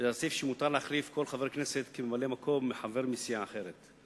סעיף שלפיו מותר להחליף כל חבר כנסת כממלא-מקום בחבר מסיעה אחרת.